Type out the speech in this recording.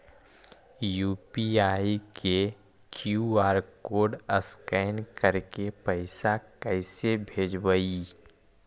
UPI के QR code scan करके पैसा कैसे भेजबइ?